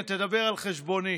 הינה, תדבר על חשבוני.